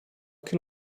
can